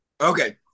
okay